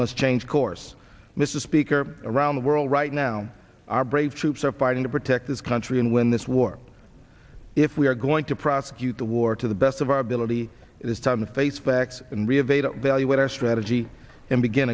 must change course mr speaker around the world right now our brave troops are fighting to protect this country and win this war if we are going to prosecute the war to the best of our ability it is time to face facts and relive a to valuate our strategy and begin